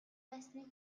байсныг